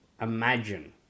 imagine